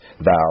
thou